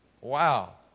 Wow